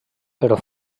però